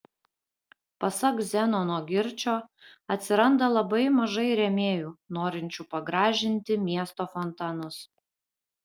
pasak zenono girčio atsiranda labai mažai rėmėjų norinčių pagražinti miesto fontanus